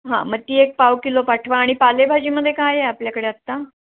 हां मग ती एक पाव किलो पाठवा आणि पालेभाजीमध्ये काय आहे आपल्याकडे आत्ता